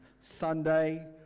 sunday